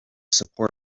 support